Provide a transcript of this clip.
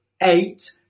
eight